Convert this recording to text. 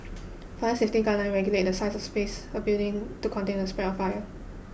fire safety guidelines regulate the size of spaces a building to contain the spread of fire